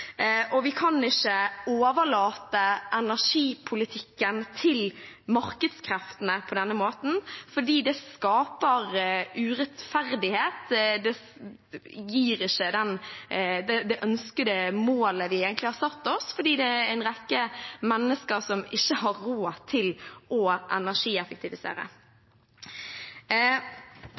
og vi kan ikke overlate energipolitikken til markedskreftene på denne måten, for det skaper urettferdighet. Det gir ikke det ønskede målet vi har satt oss, fordi det er en rekke mennesker som ikke har råd til å energieffektivisere.